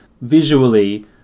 visually